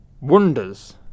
Wonders